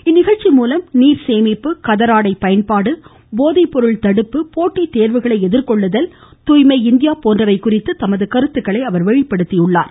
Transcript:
இந்நிகழ்ச்சி மூலம் நீர் சேமிப்பு கதர் ஆடை பயன்பாடு போதை பொருள் தடுப்பு போட்டி தேர்வுகளை எதிர்கொள்ளுதல் தூய்மை இந்தியா போன்றவை குறித்து தமது கருத்துக்களை அவர் வெளிப்படுத்தியுள்ளார்